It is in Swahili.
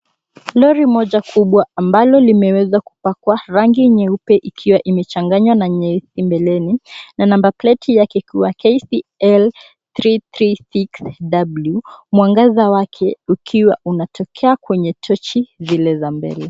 Lori moja kubwa ambalo limeweza kupakwa rangi nyeupe ikiwa imechanganywa na nyeusi mbeleni na namba pleti yake ikiwa KCL 336W mwangaza wake ukiwa unatokea kwenye tochi zile za mbele.